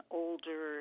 older